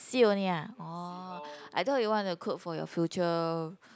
see only ah orh I thought you want to cook for your future